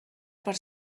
per